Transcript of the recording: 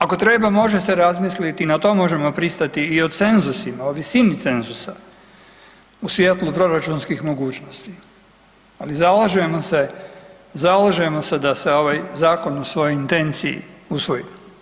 Ako treba može se razmisliti, i na to možemo pristati i o cenzusima, o visini cenzusa u svjetlu proračunskih mogućnosti, ali zalažemo se da se ovaj Zakon u svojoj intenciji usvoji.